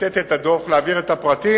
לתת את הדוח, להעביר את הפרטים,